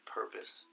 purpose